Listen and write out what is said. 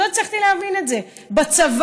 לא הצלחתי להבין את זה,